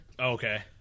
Okay